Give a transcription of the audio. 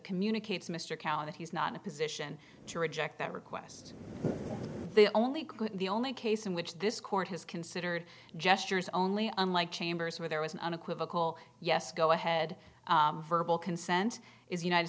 communicate to mr kalighat he's not in a position to reject that request the only the only case in which this court has considered gestures only unlike chambers where there was an unequivocal yes go ahead verbal consent is united